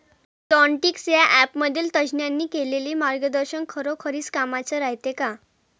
Plantix या ॲपमधील तज्ज्ञांनी केलेली मार्गदर्शन खरोखरीच कामाचं रायते का?